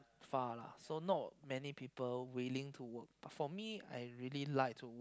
far lah so not many people willing to walk but for me I really like to walk